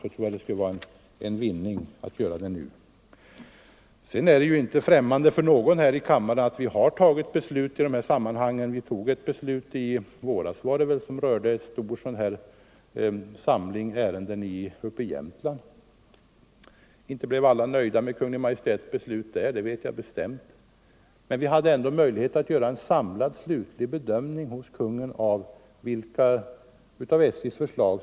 51 Det är väl inte obekant för någon här i kammaren att Kungl. Maj:t har fattat beslut i sådana här ärenden. Vi fattade i våras ett beslut som rörde en stor samling sådana ärenden i Jämtland. Inte blev alla nöjda med Kungl. Maj:ts beslut då — det vet jag bestämt. Men Kungl. Maj:t hade ändå möjlighet att göra en samlad slutlig bedömning av SJ:s förslag.